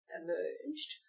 emerged